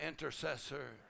intercessor